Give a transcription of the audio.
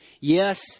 Yes